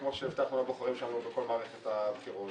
כמו שהבטחנו לבוחרים שלנו בכל מערכת הבחירות,